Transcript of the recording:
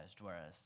whereas